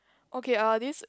okay uh this